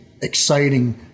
exciting